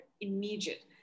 immediate